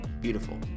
beautiful